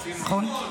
נכון?